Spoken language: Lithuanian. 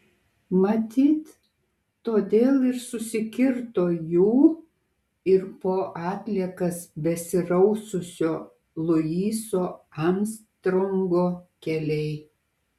matyt todėl ir susikirto jų ir po atliekas besiraususio luiso armstrongo keliai